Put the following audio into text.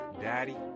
Daddy